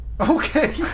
Okay